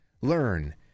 learn